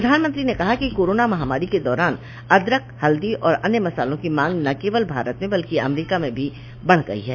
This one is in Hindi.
प्रधानमंत्री ने कहा कि कोरोना महामारी के दौरान अदरक हल्दी और अन्य मसालों की मांग न केवल भारत में बल्कि अमरीका में भी बढ़ गई है